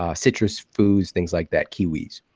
ah citrus foods. things like that, kiwis.